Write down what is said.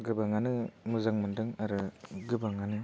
गोबाङानो मोजां मोन्दों आरो गोबाङानो